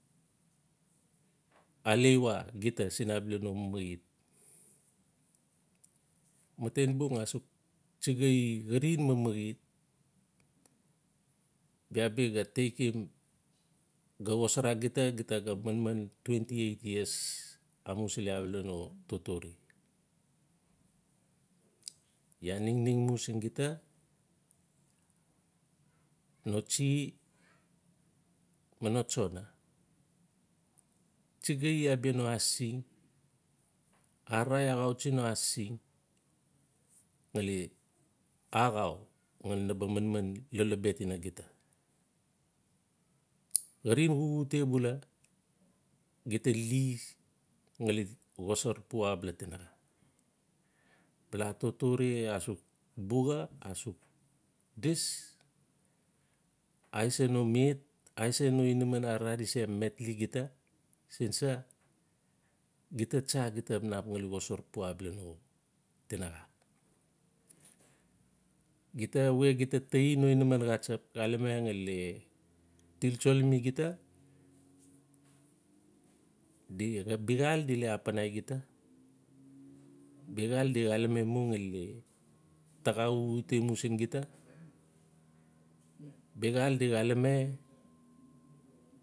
Aliuwa gita siin abia no mamaet. Matenbung a suk tsigai xarin mamatet. Bia bi ga takeim, ga xosara gita, gita ga manman twenty eight years amusili amusili abala no totore. iaa nignning mu sin gita notsi ma no tsona, tsigai abia no asising ararai axautsi no asising, ngali axau ngali naba manman lolobet ing gita. xarin xuxute bula gita li ngali xosar pua abala tinaxa. Bala totore asuk buxa, asuk dis aisa no met, aisa no inaman arara di se met li gita sin sa? Gita tsa gita xap nap ngali xosar pua abala no tinaxa. Gita we gita tau no inaman xatsap xalame ngali tiltso mi gita di, biaxaal di le apanai gita. biaxaal di xalame mu ngali le taxa xuxute mu siin gita. Biaxal di xalame.